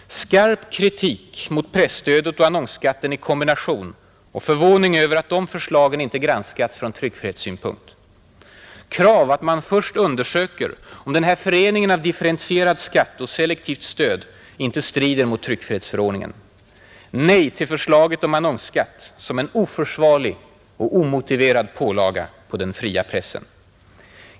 Skarp kritik mot presstödet och annonsskatten i kombination och förvåning över att de förslagen inte granskats från tryckfrihetssynpunkt. Krav att man först undersöker om denna förening av differentierad skatt och selektivt stöd inte strider mot tryckfrihetsförordningen. Nej till förslaget om annonsskatt som en oförsvarlig och omotiverad pålaga på den fria pressen.